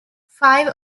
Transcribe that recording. five